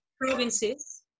provinces